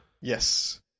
Yes